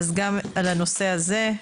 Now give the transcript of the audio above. אז גם על הנושא הזה.